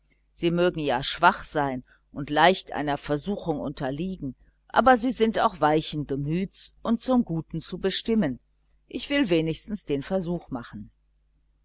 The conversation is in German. sie mögen ja schwach sein und leicht einer versuchung unterliegen aber sie sind auch weichen gemüts und zum guten zu bestimmen ich will wenigstens den versuch machen